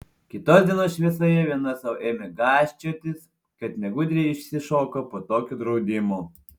kitos dienos šviesoje viena sau ėmė gąsčiotis kad negudriai išsišoko po tokio draudimo